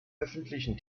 öffentlichen